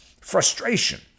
frustration